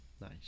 nice